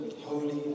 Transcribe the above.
Holy